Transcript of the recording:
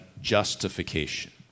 justification